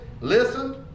listen